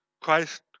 Christ